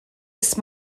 ist